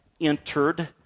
entered